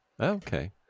Okay